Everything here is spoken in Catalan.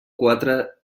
quatre